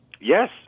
Yes